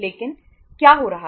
लेकिन क्या हो रहा है